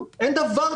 אין דבר כזה.